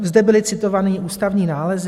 Zde byly citované ústavní nálezy.